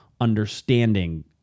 understanding